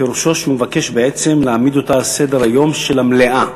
פירושו שהוא מבקש בעצם להעמיד אותה על סדר-היום של המליאה.